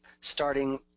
starting